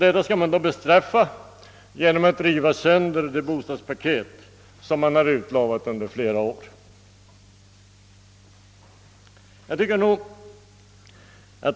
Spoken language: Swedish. Detta skall man då bestraffa genom att riva sönder det bostadspaket som man under flera år utlovat.